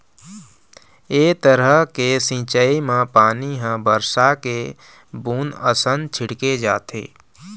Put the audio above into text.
ए तरह के सिंचई म पानी ह बरसा के बूंद असन छिड़के जाथे